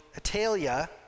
Atalia